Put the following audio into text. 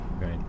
right